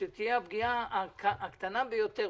ולו הקטנה ביותר.